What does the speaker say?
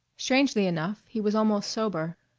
strangely enough, he was almost sober.